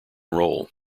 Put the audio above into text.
role